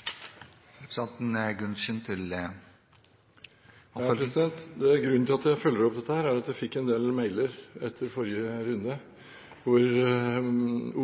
Grunnen til at jeg følger opp dette, er at jeg fikk en del mailer etter forrige runde, hvor